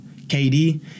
KD